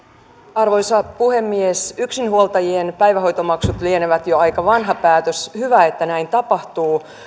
arvoisa puhemies yksinhuoltajien päivähoitomaksut lienevät jo aika vanha päätös hyvä että näin tapahtuu